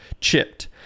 chipped